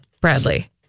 Bradley